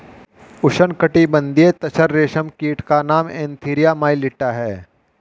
उष्णकटिबंधीय तसर रेशम कीट का नाम एन्थीरिया माइलिट्टा है